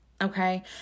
Okay